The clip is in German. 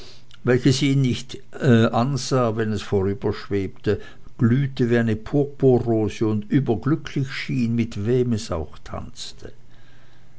welches ihn nicht ansah wenn es vorüberschwebte glühte wie eine purpurrose und überglücklich schien mit wem es auch tanzte